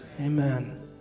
Amen